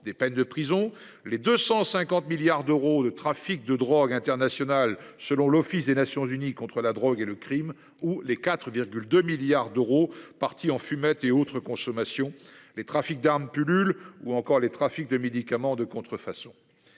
des peines de prison les 250 milliards d'euros de trafic de drogue international, selon l'Office des Nations unies contre la drogue et le Crime ou les 4,2 milliards d'euros partis en fumette et autres consommations les trafics d'armes pullulent ou encore les trafics de médicaments de contrefaçon.